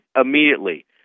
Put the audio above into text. immediately